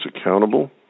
accountable